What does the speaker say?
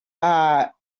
are